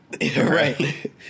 right